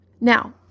Now